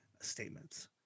statements